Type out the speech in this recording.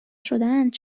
شدهاند